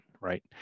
right